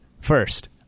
First